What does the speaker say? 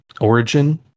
origin